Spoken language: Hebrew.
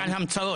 --- המצאות.